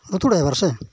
ᱞᱩᱛᱩ driver ᱥᱮ